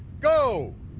go!